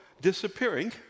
disappearing